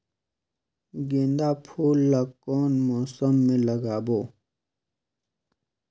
गेंदा फूल ल कौन मौसम मे लगाबो?